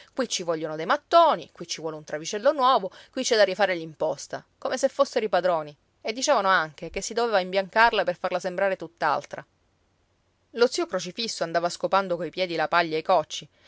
qui ci vogliono dei mattoni qui ci vuole un travicello nuovo qui c'è da rifare l'imposta come se fossero i padroni e dicevano anche che si doveva imbiancarla per farla sembrare tutt'altra lo zio crocifisso andava scopando coi piedi la paglia e i cocci